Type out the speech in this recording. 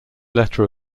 letter